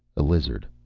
a lizard.